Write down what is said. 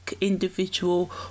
individual